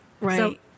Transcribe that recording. right